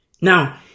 Now